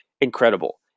incredible